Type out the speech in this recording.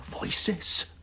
voices